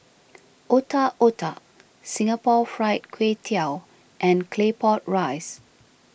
Otak Otak Singapore Fried Kway Tiao and Claypot Rice